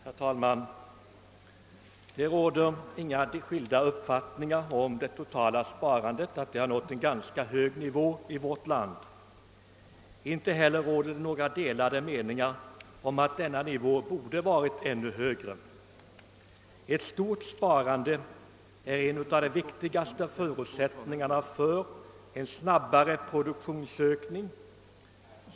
Herr talman! Det råder inga skilda uppfattningar om att det totala sparan det nått en ganska hög nivå i vårt land, och inte heller råder det några delade meningar om att nivån borde ha varit ännu högre. Ett stort sparande är en av de viktigaste förutsättningarna för en snabbare produktionsökning.